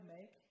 make